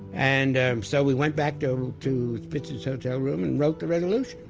and um so we went back to um to spitzer's hotel room and wrote the resolution.